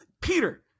Peter